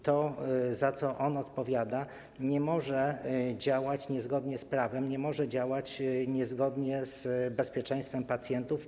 To, za co on odpowiada, nie może działać niezgodnie z prawem, nie może działać niezgodnie z bezpieczeństwem pacjentów.